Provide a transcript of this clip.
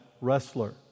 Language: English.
wrestler